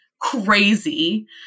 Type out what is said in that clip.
crazy